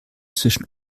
zwischen